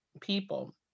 people